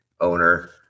owner